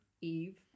Eve